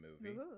movie